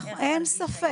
אין ספק.